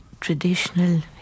traditional